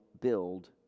build